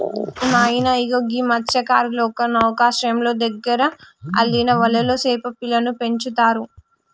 నాయన ఇగో గీ మస్త్యకారులు ఒక నౌకశ్రయంలో దగ్గరలో అల్లిన వలలో సేప పిల్లలను పెంచుతారు